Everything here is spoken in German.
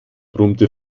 brummte